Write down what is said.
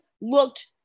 looked